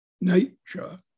Nature